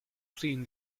seen